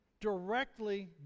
directly